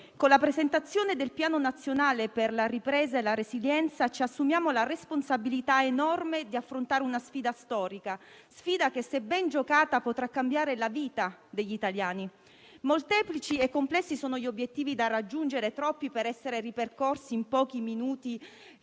Con la presentazione del Piano nazionale per la ripresa e la resilienza ci assumiamo la responsabilità enorme di affrontare una sfida storica, che, se ben giocata, potrà cambiare la vita degli italiani. Molteplici e complessi sono gli obiettivi da raggiungere e troppi per essere ripercorsi nei pochi minuti